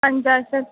पञ्चाशत्